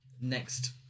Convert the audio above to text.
next